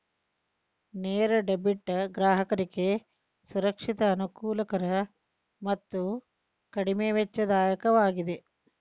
ನೇರ ಡೆಬಿಟ್ ಗ್ರಾಹಕರಿಗೆ ಸುರಕ್ಷಿತ, ಅನುಕೂಲಕರ ಮತ್ತು ಕಡಿಮೆ ವೆಚ್ಚದಾಯಕವಾಗಿದೆ